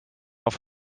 auf